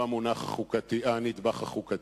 הוא הנדבך החוקתי.